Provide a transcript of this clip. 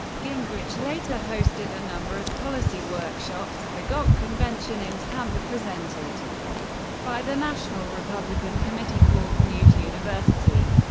gingrich later hosted a number of policy workshops at the gop convention in tampa presented by the national republican committee called newt university.